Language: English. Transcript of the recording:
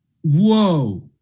Whoa